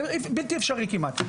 בלתי אפשרי כמעט.